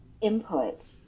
input